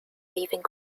leaving